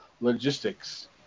logistics